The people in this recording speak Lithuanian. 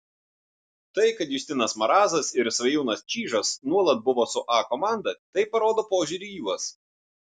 tai kad justinas marazas ir svajūnas čyžas nuolat buvo su a komanda tai parodo požiūrį į juos